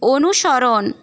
অনুসরণ